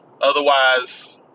otherwise